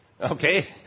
Okay